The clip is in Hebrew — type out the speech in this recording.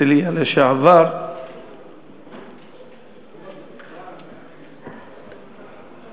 לשעבר ראש העיר הרצלייה.